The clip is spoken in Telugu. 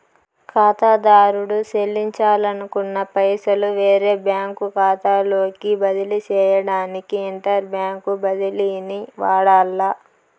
కాతాదారుడు సెల్లించాలనుకున్న పైసలు వేరే బ్యాంకు కాతాలోకి బదిలీ సేయడానికి ఇంటర్ బ్యాంకు బదిలీని వాడాల్ల